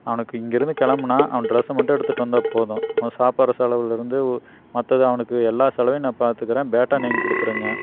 அவனுக்கு இங்கயிருந்து கிளம்புனா அவன் டிரெஸ்ஸை மட்டும் எடுத்துட்டு வந்தால் போதும் அவன் சாப்பாடு செலவுலயிருந்து உ மற்றது அவனுக்கு எல்லா செலவையும் நான் பார்த்துக்கறேன் பேட்டா நீங்கள் கொடுத்துருங்க